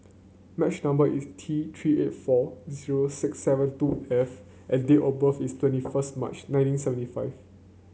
much number is T Three eight four zero six seven two F and date of birth is twenty first March nineteen seventy five